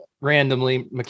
randomly